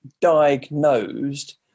diagnosed